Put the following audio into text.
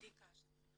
שלוש שנים